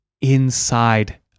inside